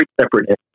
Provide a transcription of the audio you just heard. separate